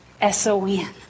S-O-N